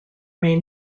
may